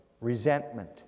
resentment